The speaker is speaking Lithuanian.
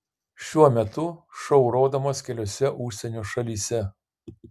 šiuo metu šou rodomas keliose užsienio šalyse